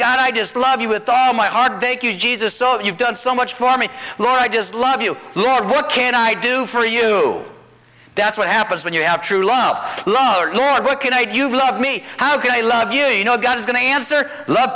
god i just love you with all my heart thank you jesus so you've done so much for me lord i just love you lord what can i do for you that's what happens when you have true love love the lord what can i do you love me how can i love you you know god is going to answer love